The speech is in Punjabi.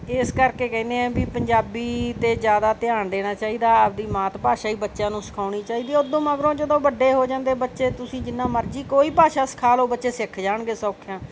ਇਸ ਕਰਕੇ ਕਹਿੰਦੇ ਹਾਂ ਵੀ ਪੰਜਾਬੀ 'ਤੇ ਜ਼ਿਆਦਾ ਧਿਆਨ ਦੇਣਾ ਚਾਹੀਦਾ ਆਪਣੀ ਮਾਤ ਭਾਸ਼ਾ ਹੀ ਬੱਚਿਆਂ ਨੂੰ ਸਿਖਾਉਣੀ ਚਾਹੀਦੀ ਉੱਦੋਂ ਮਗਰੋਂ ਜਦੋਂ ਵੱਡੇ ਹੋ ਜਾਂਦੇ ਬੱਚੇ ਤੁਸੀਂ ਜਿੰਨਾ ਮਰਜ਼ੀ ਕੋਈ ਭਾਸ਼ਾ ਸਿਖਾ ਲਓ ਬੱਚੇ ਸਿੱਖ ਜਾਣਗੇ ਸੌਖਿਆਂ